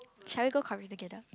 shall we go korea together